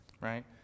Right